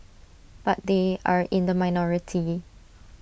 but they are in the minority